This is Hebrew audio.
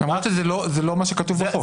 אמרת שזה לא מה שכתוב בחוק.